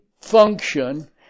function